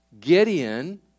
Gideon